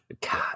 God